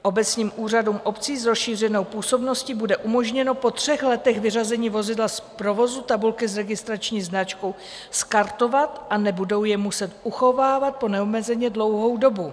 Obecním úřadům obcí s rozšířenou působností bude umožněno po třech letech vyřazení vozidla z provozu tabulky s registrační značkou skartovat a nebudou je muset uchovávat po neomezeně dlouhou dobu.